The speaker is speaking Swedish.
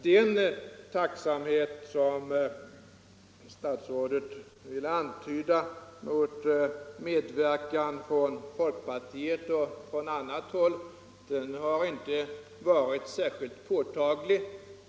Den tacksamhet som statsrådet ville antyda för medverkan från folkpartiet och från annat håll har inte varit särskilt påtaglig.